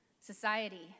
society